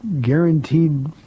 guaranteed